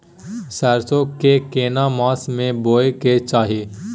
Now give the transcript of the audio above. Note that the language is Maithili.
सरसो के केना मास में बोय के चाही?